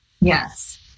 Yes